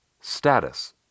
status